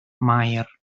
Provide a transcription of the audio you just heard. maer